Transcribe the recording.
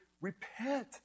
repent